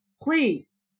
please